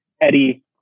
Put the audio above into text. Eddie